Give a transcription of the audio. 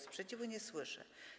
Sprzeciwu nie słyszę.